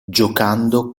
giocando